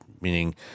meaning